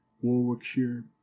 Warwickshire